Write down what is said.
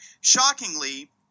Shockingly